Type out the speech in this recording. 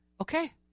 Okay